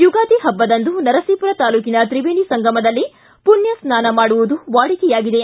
ಯುಗಾದಿ ಪಬ್ಬದಂದು ನರಸೀಪುರ ತಾಲೂಕಿನ ತ್ರಿವೇಣಿ ಸಂಗಮದಲ್ಲಿ ಪುಣ್ಠಸ್ನಾನ ಮಾಡುವುದು ವಾಡಿಕೆಯಾಗಿದೆ